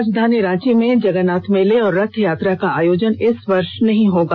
राजधानी रांची में जगन्नाथ मेले और रथ यात्रा का आयोजन इस वर्ष नहीं होगा